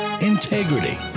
integrity